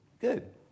Good